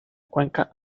cuenca